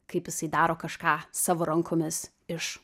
kaip jisai daro kažką savo rankomis iš